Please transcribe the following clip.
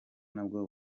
nabwo